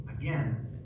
Again